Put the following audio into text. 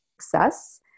success